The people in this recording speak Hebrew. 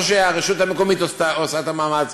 או שהרשות המקומית עושה את המאמץ,